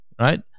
right